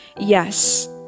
yes